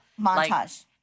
Montage